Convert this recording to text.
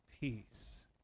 peace